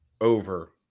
over